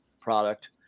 product